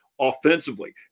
offensively